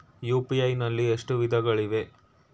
UPI ನಲ್ಲಿ ಎಷ್ಟು ವಿಧಗಳಿವೆ?